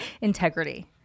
integrity